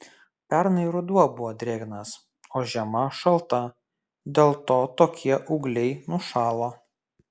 pernai ruduo buvo drėgnas o žiema šalta dėl to tokie ūgliai nušalo